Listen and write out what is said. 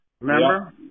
Remember